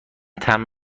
طعم